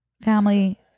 family